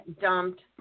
dumped